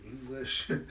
English